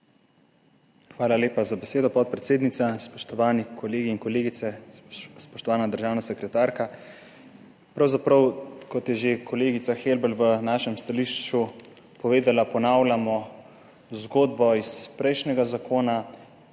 Hvala lepa za besedo, podpredsednica. Spoštovani kolegi in kolegice, spoštovana državna sekretarka! Kot je že kolegica Helbl v našem stališču povedala, ponavljamo zgodbo iz prejšnjega zakona.